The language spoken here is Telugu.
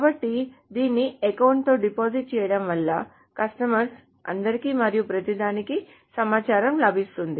కాబట్టి దీన్ని అకౌంట్ తో డిపాజిట్ చేయడం వల్ల కస్టమర్స్ అందరికి మరియు ప్రతిదానికీ సమాచారం లభిస్తుంది